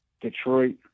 Detroit